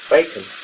Bacon